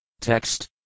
Text